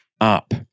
up